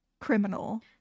criminal